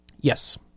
Yes